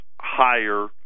higher